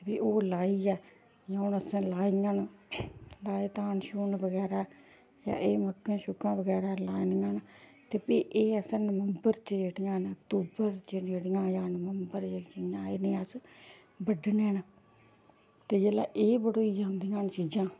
फ्ही ओह् लाइयै जियां हून असें लाइयां न लाए धान शान बगैरा ते एह् मक्कां शक्कां बगैरा लानियां न ते फ्ही एह् असें नंवबर च जेह्ड़ियां न अक्तूबर जेह्ड़ियां न जां नंबवर च इनेंगी अस बड्डने न ते जेल्लै एह् बडोई जंदियां न चीजां